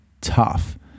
tough